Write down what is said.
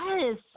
Yes